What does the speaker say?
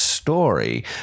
Story